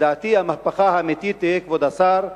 כבוד השר,